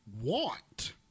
want